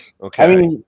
Okay